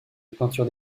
peinture